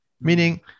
meaning